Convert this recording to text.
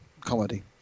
comedy